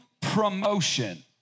promotion